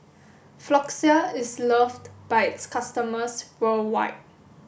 Floxia is loved by its customers worldwide